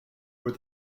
were